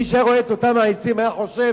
מי שהיה רואה את אותם העצים היה חושב